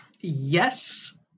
Yes